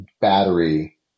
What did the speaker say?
battery